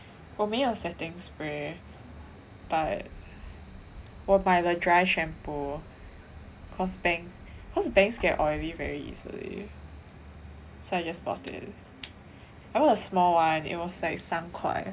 我没有 setting spray but 我买了 dry shampoo cause bangs cause bangs get oily very easily so I just bought it I bought a small one it was like 三块